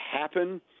happen